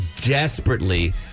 desperately